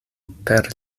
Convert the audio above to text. per